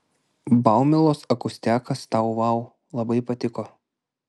baumilos akustiakas tau vau labai patiko